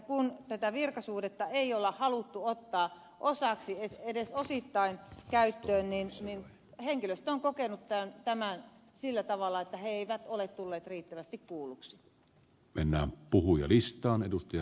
kun tätä virkasuhdetta ei ole haluttu ottaa edes osittain käyttöön niin henkilöstö on kokenut tämän sillä tavalla että he eivät ole tulleet riittävästi kuulluksi mennään puhui äidistä on edustaja